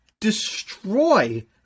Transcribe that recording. destroy